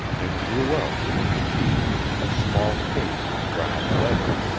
and drew out with his teeth a small case of brown leather.